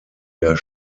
der